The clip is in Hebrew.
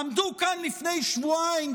עמדו כאן לפני שבועיים,